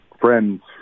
friends